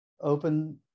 open